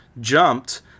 jumped